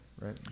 right